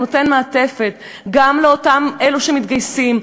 הוא נותן מעטפת גם לאותם אלו שמתגייסים.